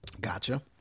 Gotcha